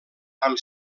amb